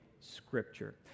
Scripture